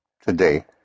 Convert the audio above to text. today